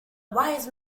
wise